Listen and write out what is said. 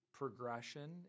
Progression